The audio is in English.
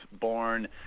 born